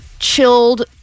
Chilled